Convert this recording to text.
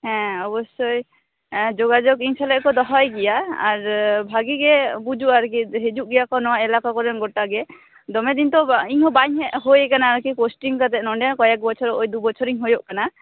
ᱦᱮᱸ ᱚᱵᱚᱥᱳᱭ ᱡᱳᱜᱟᱡᱳᱜ ᱤᱧ ᱥᱟᱞᱟᱜ ᱠᱚ ᱫᱚᱦᱚᱭ ᱜᱮᱭᱟ ᱟᱨ ᱵᱷᱟᱜᱤ ᱜᱮ ᱵᱩᱡᱩᱜᱼᱟ ᱟᱨᱠᱤ ᱦᱤᱡᱩᱜ ᱜᱮᱭᱟ ᱠᱚ ᱱᱚᱣᱟ ᱮᱞᱟᱠᱟ ᱠᱚᱨᱮᱱ ᱜᱚᱴᱟ ᱜᱮ ᱫᱚᱢᱮ ᱫᱤᱱ ᱛᱳ ᱤᱧ ᱦᱚᱸ ᱵᱟᱹᱧ ᱦᱮᱡ ᱦᱩᱭ ᱟᱠᱟᱱᱟ ᱟᱨᱠᱤ ᱯᱳᱥᱴᱤᱝ ᱠᱟᱛᱮ ᱱᱚᱰᱮ ᱠᱚᱭᱮᱠ ᱵᱚᱪᱷᱚᱨ ᱳᱭ ᱫᱩᱵᱚᱪᱷᱚᱨ ᱤᱧ ᱦᱩᱭᱩᱜ ᱠᱟᱱᱟ